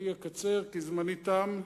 אני אקצר כי זמני תם,